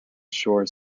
shore